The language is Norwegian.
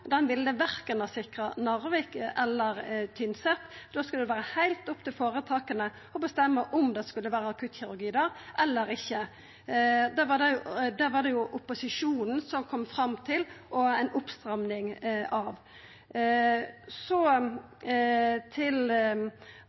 den nasjonale helse- og sjukehusplanen som regjeringa la fram, ville ikkje ha sikra verken Narvik eller Tynset – da skulle det vera heilt opp til føretaka å bestemma om det skulle vera akuttkirurgi der eller ikkje. Det var det opposisjonen som kom fram til ei oppstramming av. Så til